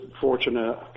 fortunate